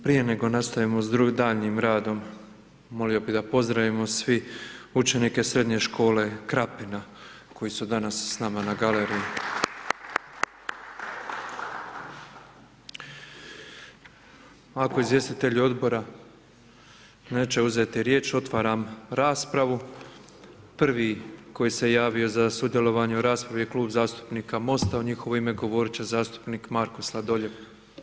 Prije nego nastavimo s daljnjim radom molio bi da pozdravimo svi učenike Srednje škole Krapina, koji su danas s nama na galeriji. Ako izvjestitelj odbora neće uzeti riječ, otvaram raspravu, prvi koji se javio za sudjelovanje u raspravi je Klub zastupnika MOST-a, u njihovo ime govorit će zastupnik Marko Sladoljev.